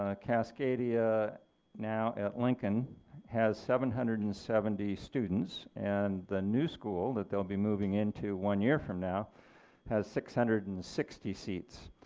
ah cascadia now at lincoln has seven hundred and seventy students and the new school that they will be moving into one year from now has six hundred and sixty seats.